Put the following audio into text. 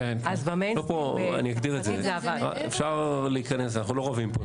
אנחנו לא רבים פה.